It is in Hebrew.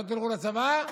לא תלכו לצבא,